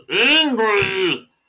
angry